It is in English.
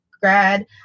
grad